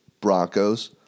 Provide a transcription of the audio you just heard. Broncos